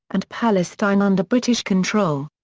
and palestine under british control.